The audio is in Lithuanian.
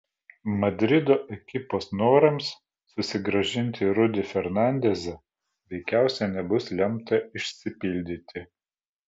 madrido ekipos norams susigrąžinti rudy fernandezą veikiausiai nebus lemta išsipildyti